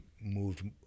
moved